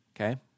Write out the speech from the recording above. Okay